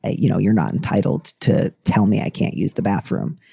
you know, you're not entitled to tell me i can't use the bathroom.